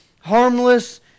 harmless